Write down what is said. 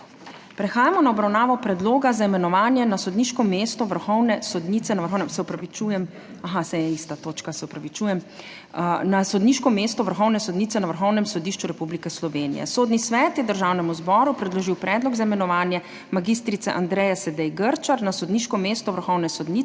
Prehajamo na obravnavo Predloga za imenovanje na sodniško mesto vrhovne sodnice na Vrhovnem sodišču Republike Slovenije. Sodni svet je Državnemu zboru predložil predlog za imenovanje mag. Andreje Sedej Grčar na sodniško mesto vrhovne sodnice